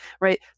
right